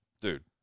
dude